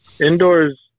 indoors